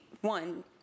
one